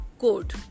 code